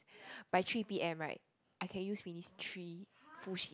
by three P_M right I can use finish three full sheet